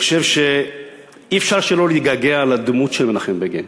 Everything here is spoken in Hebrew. אני חושב שאי-אפשר שלא להתגעגע לדמות של מנחם בגין,